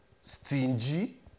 stingy